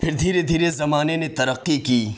پھر دھیرے دھیرے زمانے نے ترقی کی